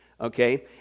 okay